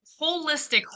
holistic